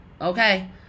Okay